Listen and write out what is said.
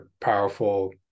powerful